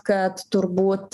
kad turbūt